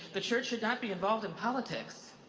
the church should not be involved in politics.